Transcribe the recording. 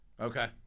Okay